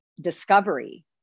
discovery